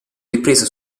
ripresa